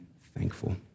thankful